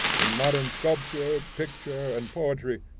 in modern sculpture, picture, and poetry,